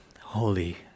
Holy